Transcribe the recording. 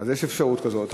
יש אפשרות כזאת,